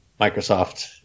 Microsoft